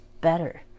better